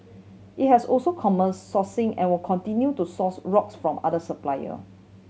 it has also commenced sourcing and will continue to source rocks from other supplier